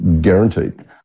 guaranteed